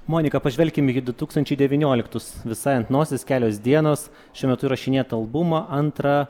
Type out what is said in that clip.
monika pažvelkim į du tūkstančiai devynioliktus visai ant nosies kelios dienos šiuo metu įrašinėjat albumą antrą